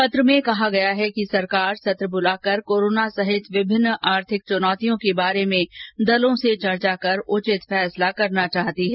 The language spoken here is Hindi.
पत्र में कहा गया है कि सरकार सत्र ब्रलाकर कोरोना सहित विभिन्न आर्थिक चुनौतियों के बारे में दलों से चर्चा कर उचित फैसला करना चाहती है